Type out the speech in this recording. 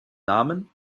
namen